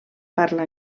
parla